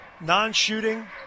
non-shooting